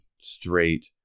straight